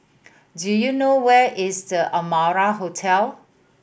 do you know where is The Amara Hotel